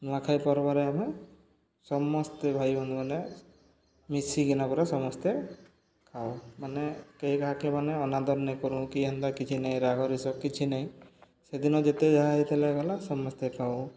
ନୂଆଖାଇ ପର୍ବରେ ଆମେ ସମସ୍ତେ ଭାଇ ବନ୍ଧୁମାନେ ମିଶିକିନା ପରେ ସମସ୍ତେ ଖାଉ ମାନେ କେହି କାହାକେ ମାନେ ଅନାଦର ନାଇଁ କରୁ କି ହେନ୍ତା କିଛି ନାହିଁ ରାଗ ରୋଷ କିଛି ନାହିଁ ସେଦିନ ଯେତେ ଯାହା ହେଇଥିଲେ ଗଲା ସମସ୍ତେ ଖାଉ